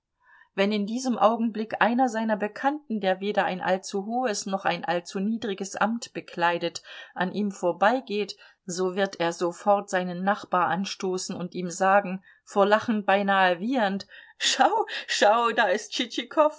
wenn in diesem augenblick einer seiner bekannten der weder ein allzu hohes noch ein allzu niedriges amt bekleidet an ihm vorbeigeht so wird er sofort seinen nachbar anstoßen und ihm sagen vor lachen beinahe wiehernd schau schau da ist